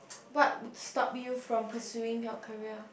what stop you from pursuing your career